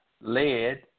Lead